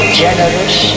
generous